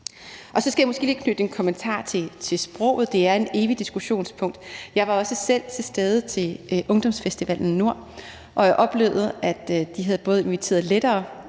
Så skal jeg måske lige knytte en kommentar til sproget; det er et evigt diskussionspunkt. Jeg var også selv til stede ved den nordiske ungdomsfestival, og jeg oplevede, at de både havde inviteret lettere